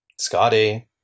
Scotty